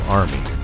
army